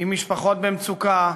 עם משפחות במצוקה,